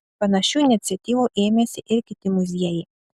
panašių iniciatyvų ėmėsi ir kiti muziejai